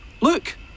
Look